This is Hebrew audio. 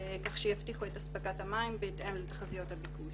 כך שיבטיחו את אספקת המים בהתאם לתחזיות הביקוש.